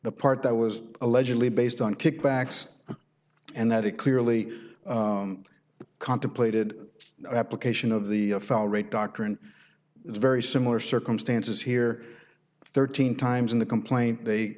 the part that was allegedly based on kickbacks and that it clearly contemplated application of the felt rate doctrine very similar circumstances here thirteen times in the complaint they